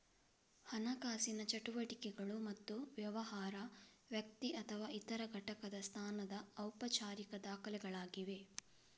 ಹಣಕಾಸಿನ ಚಟುವಟಿಕೆಗಳು ಮತ್ತು ವ್ಯವಹಾರ, ವ್ಯಕ್ತಿ ಅಥವಾ ಇತರ ಘಟಕದ ಸ್ಥಾನದ ಔಪಚಾರಿಕ ದಾಖಲೆಗಳಾಗಿವೆ